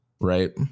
right